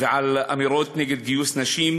ועל אמירות נגד גיוס נשים,